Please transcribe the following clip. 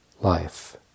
life